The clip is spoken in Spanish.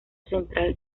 central